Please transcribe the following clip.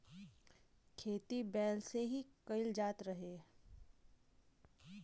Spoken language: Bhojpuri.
खेती बैल से ही कईल जात रहे